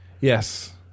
yes